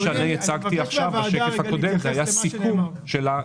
מה שהצגתי בשקף הקודם היה סיכום שלה.